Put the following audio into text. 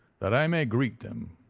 that i may greet them.